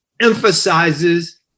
emphasizes